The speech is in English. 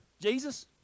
Jesus